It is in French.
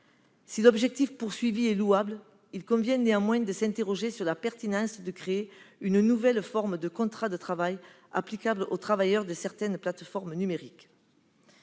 Si l'objectif est louable, il convient néanmoins de s'interroger sur la pertinence de créer une nouvelle forme de contrat de travail applicable aux travailleurs de certaines plateformes numériques.